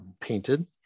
painted